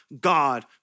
God